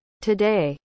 today